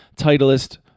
Titleist